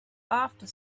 after